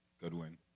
Goodwin